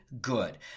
good